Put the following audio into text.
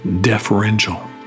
deferential